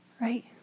Right